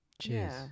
Cheers